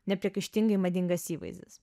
nepriekaištingai madingas įvaizdis